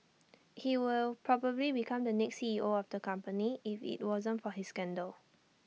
he will probably become the next CEO of the company if IT wasn't for his scandal